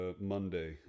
Monday